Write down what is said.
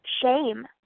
shame